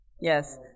Yes